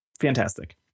fantastic